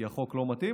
כי החוק לא מתאים,